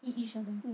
eat each other